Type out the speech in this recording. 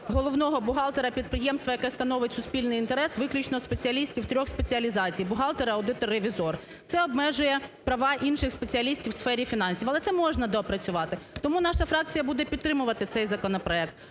головного бухгалтера підприємства, яке становить суспільний інтерес виключно спеціалістів трьох спеціалізацій: бухгалтер, аудитор, ревізор. Це обмежує права інших спеціалістів у сфері фінансів. Але це можна доопрацювати. Тому наша фракція буде підтримувати цей законопроект.